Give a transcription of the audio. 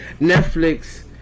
netflix